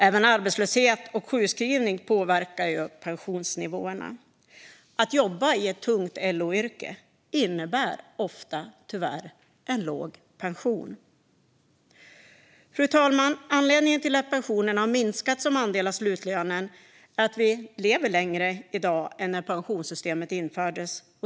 Även arbetslöshet och sjukskrivning påverkar pensionsnivåerna. Att jobba i ett tungt LO-yrke innebär ofta tyvärr en låg pension. Fru talman! Anledningen till att pensionen har minskat som andel av slutlönen är att vi lever längre i dag än när pensionssystemet infördes.